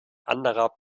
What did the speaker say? anderer